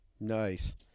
Nice